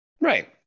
Right